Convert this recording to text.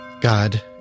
God